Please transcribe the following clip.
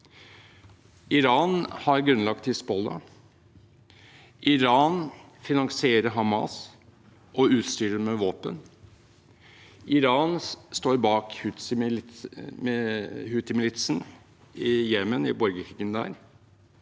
Iran har grunnlagt Hizbollah. Iran finansierer Hamas og utstyrer dem med våpen. Iran står bak Houthi-militsen i Jemen, i borgerkrigen der,